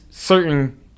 certain